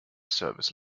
service